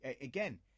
again